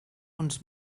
uns